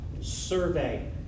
Survey